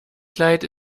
kleid